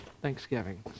Thanksgiving